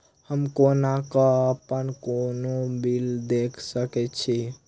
हम कोना कऽ अप्पन कोनो बिल देख सकैत छी?